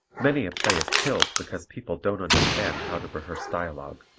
many a play is killed because people don't understand how to rehearse dialogue,